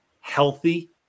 healthy